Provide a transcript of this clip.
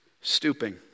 stooping